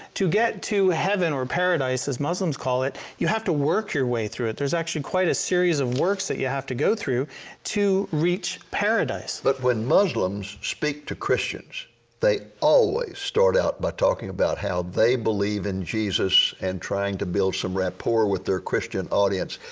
to get to heaven or paradise as muslims calls it you have to work your way through it. there is actually quite a series of works that you have to go through to reach paradise. but, when muslims speak to christians they always start out by talking about how they believe in jesus and trying to build some rapport with their christian audience.